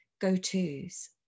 go-to's